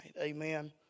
amen